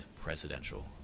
presidential